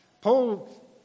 Paul